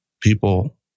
people